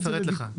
נפרט לך.